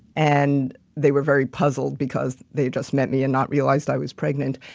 and they were very puzzled because they just met me and not realized i was pregnant.